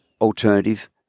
alternative